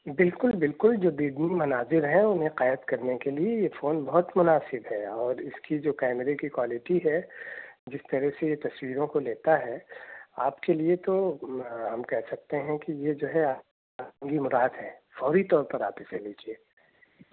بالکل بالکل جو بگننی مناظر ہیں انہیں قید کرنے کے لیے یہ فون بہت مناسب ہے اور اس کی جو کیمرے کی کوالیٹی ہے جس طرح سے یہ تصویروں کو لیتا ہے آپ کے لیے تو ہم کہہ سکتے ہیں کہ یہ جو ہے مراد ہے فوری طور پر آپ اسے لیجیے